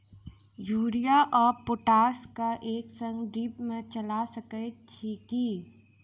Urea आ potash केँ एक संगे ड्रिप मे चला सकैत छी की?